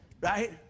right